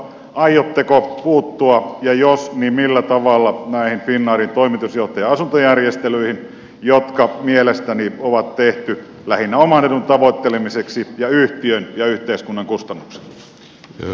aiotteko puuttua ja jos niin millä tavalla näihin finnairin toimitusjohtajan asuntojärjestelyihin jotka mielestäni on tehty lähinnä oman edun tavoittelemiseksi ja yhtiön ja yhteiskunnan kustannuksella